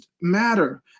matter